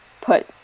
put